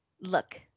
look